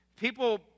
People